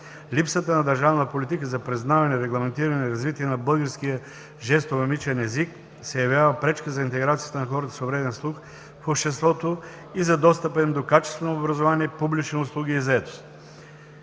Липсата на държавна политика за признаване, регламентиране и развитие на българския жестомимичен език се явява пречка за интеграцията на хората с увреден слух в обществото и за достъпа им до качествено образование, публични услуги и заетост.